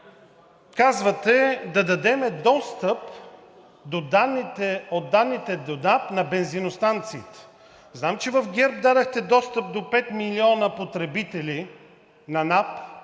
Казвате, да дадем достъп до данните на НАП на бензиностанциите. Знам, че в ГЕРБ дадохте достъп до 5 милиона потребители на НАП,